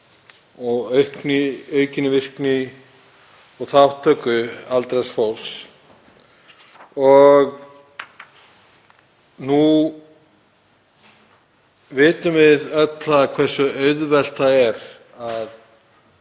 og aukna virkni og þátttöku aldraðs fólks. Nú vitum við öll hversu auðvelt það er að